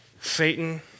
Satan